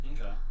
Okay